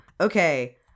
Okay